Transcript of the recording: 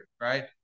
right